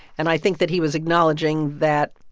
and i think that he was acknowledging that,